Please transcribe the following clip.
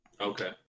okay